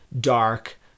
dark